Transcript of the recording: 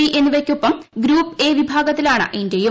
E എന്നിവയ്ക്കൊപ്പം group A വിഭാഗത്തിലാണ് ഇന്ത്യൂയും